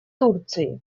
турции